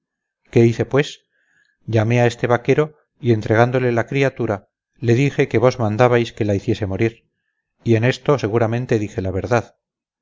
qué hice pues llamé a este vaquero y entregándole la criatura le dijo que vos mandabais que la hiciese morir y en esto seguramente dije la verdad